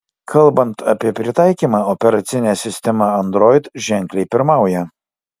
kalbant apie pritaikymą operacinė sistema android ženkliai pirmauja